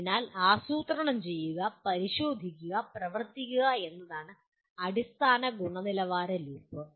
അതിനാൽ ആസൂത്രണം ചെയ്യുക പരിശോധിക്കുക പ്രവർത്തിക്കുക എന്നതാണ് അടിസ്ഥാന ഗുണനിലവാര ലൂപ്പ്